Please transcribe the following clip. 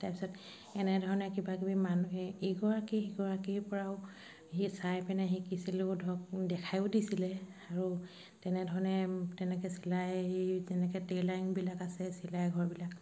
তাৰপিছত এনেধৰণে কিবাকিবি মানুহে ইগৰাকী সিগৰাকীৰ পৰাও সি চাই পিনে শিকিছিলোঁ ধৰক দেখাইও দিছিলে আৰু তেনেধৰণে তেনেকৈ চিলাই তেনেকৈ ট্ৰেইলাৰিংবিলাক আছে চিলাই ঘৰবিলাক